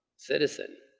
citizen.